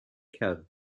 kerr